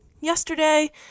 yesterday